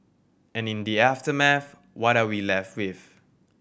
and in the aftermath what are we left with